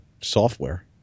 software